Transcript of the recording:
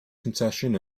concession